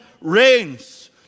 reigns